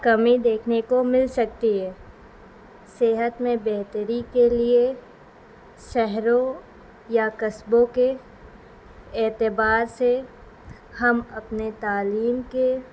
کمی دیکھنے کو مل سکتی ہے صحت میں بہتری کے لیے شہروں یا قصبوں کے اعتبار سے ہم اپنے تعلیم کے